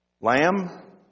Lamb